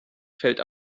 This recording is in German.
fällt